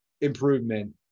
improvement